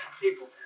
people